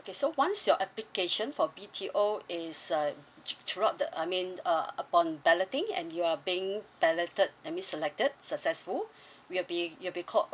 okay so once your application for B_T_O is uh throu~ throughout the uh I mean upon balloting you are being balloted that means selected successful you'll be you'll be called